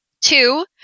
two